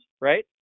right